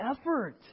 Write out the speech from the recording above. effort